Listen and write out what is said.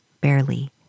barely